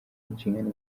inshingano